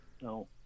No